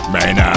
Man